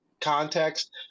context